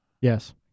Yes